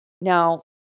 Now